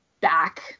back